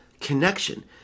connection